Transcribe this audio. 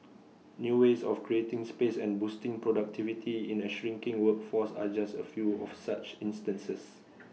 new ways of creating space and boosting productivity in A shrinking workforce are just A few of such instances